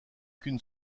qu’une